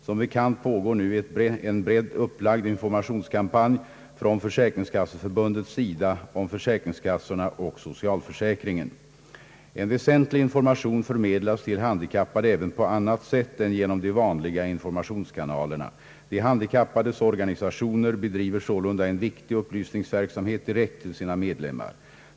Som bekant pågår nu en brett upplagd informationskampanj från försäkringskasseförbundets sida om försäkringskassorna och socialförsäkringen. En väsentlig information förmedlas till handikappade även på annat sätt än genom de vanliga informationskanalerna. De handikappades organisationer bedriver sålunda en viktig upplysningsverksamhet direkt till sina medlemmar.